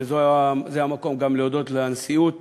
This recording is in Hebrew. וזה המקום גם להודות לנשיאות